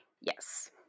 Yes